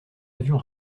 avion